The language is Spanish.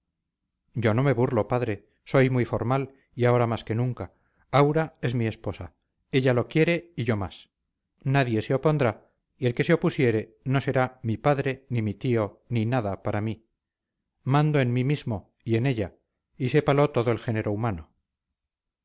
yo no me burlo padre soy muy formal y ahora más que nunca aura es mi esposa ella lo quiere y yo más nadie se opondrá y el que se opusiere no será mi padre ni mi tío ni nada para mí mando en mí mismo y en ella y sépalo todo el género humano